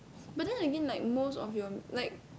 but then again like most of your like